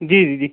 जी जी जी